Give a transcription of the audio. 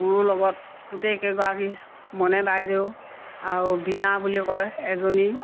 গুৰুৰ লগত গোটেই কেইগৰাকী মনে বাইদেউ আৰু বীণা বুলি কয় এজনী